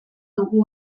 dugu